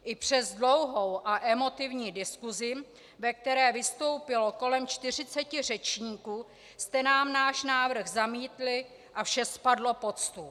I přes dlouhou a emotivní diskusi, ve které vystoupilo kolem 40 řečníků, jste nám náš návrh zamítli a vše spadlo pod stůl.